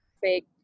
fake